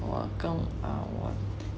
我跟啊我